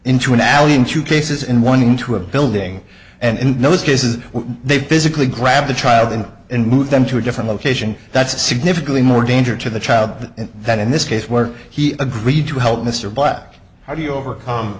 into an alley and two cases in one into a building and in those cases where they physically grab the child and and move them to a different location that's a significantly more danger to the child and that in this case where he agreed to help mr black how do you overcome